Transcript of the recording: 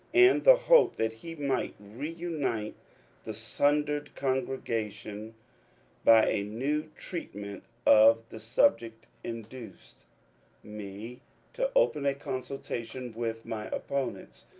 and the hope that he might reunite the sun dered congregation by a new treatment of the subject induced me to open a consultation with my opponents,